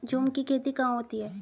झूम की खेती कहाँ होती है?